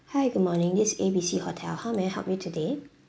hi good morning this is A B C hotel how may I help you today